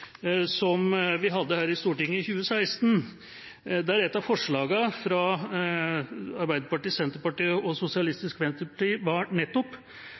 som vi hadde her i Stortinget i 2016. Et av forslagene fra Arbeiderpartiet, Senterpartiet og Sosialistisk